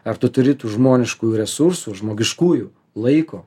ar tu turi tų žmoniškųjų resursų žmogiškųjų laiko